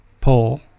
pull